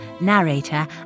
narrator